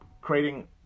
creating